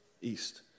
East